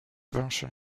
version